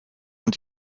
und